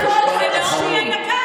אדוני היושב-ראש, נאום של עשר דקות.